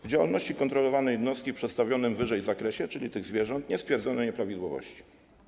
W działalności kontrolowanej jednostki w przedstawionym wyżej zakresie - czyli dotyczącym tych zwierząt - nie stwierdzono nieprawidłowości.